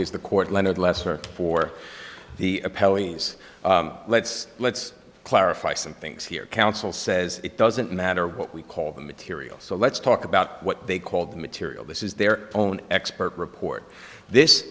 please the court leonard lesser for the appellate let's let's clarify some things here counsel says it doesn't matter what we call the material so let's talk about what they called material this is their own expert report this